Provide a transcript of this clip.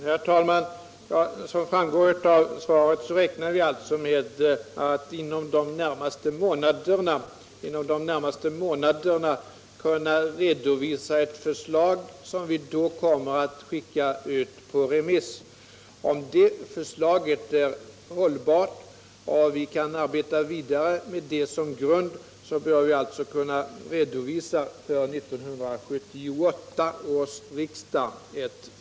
Herr talman! Som framgår av svaret räknar vi med att inom de närmaste månaderna kunna redovisa ett förslag, som vi då kommer att skicka ut på remiss. Om det förslaget är hållbart och vi kan arbeta vidare med det som grund, bör vi alltså kunna framlägga ett förslag för 1978 års riksdag.